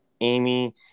Amy